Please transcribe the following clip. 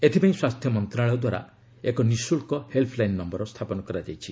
ଏଥିପାଇଁ ସ୍ୱାସ୍ଥ୍ୟ ମନ୍ତ୍ରଣାଳୟ ଦ୍ୱାରା ଏକ ନିଶ୍ରଳ୍କ ହେଲ୍ ୁଲାଇନ୍ ନମ୍ଭର ସ୍ଥାପନ କରାଯାଇଛି